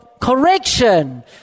correction